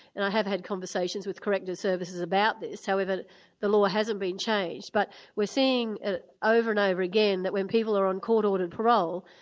and i have had conversations with corrective services about this. however, ah the law hasn't been changed. but we're seeing over and over again that when people are on court ordered parole,